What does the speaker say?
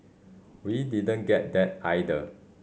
we didn't get that either